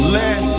let